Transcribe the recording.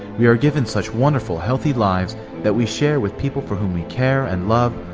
we are given such wonderful, healthy lives that we share with people for whom we care and love,